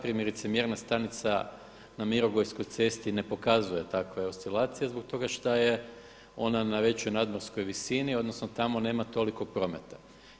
Primjerice mjerna stanica na Mirogojskoj cesti ne pokazuje takve oscilacije zbog toga šta je ona na većoj nadmorskoj visini, odnosno tamo nema toliko prometa.